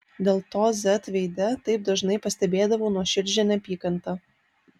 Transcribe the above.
dėl to z veide taip dažnai pastebėdavau nuoširdžią neapykantą